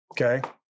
Okay